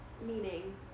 meaning